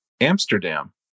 Amsterdam